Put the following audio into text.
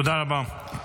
תודה רבה.